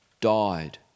died